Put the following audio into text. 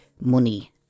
money